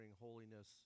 holiness